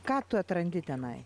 ką tu atrandi tenai